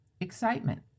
excitement